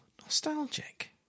nostalgic